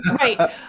Right